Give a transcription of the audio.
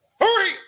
hurry